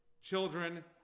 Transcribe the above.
children